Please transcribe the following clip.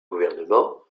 gouvernement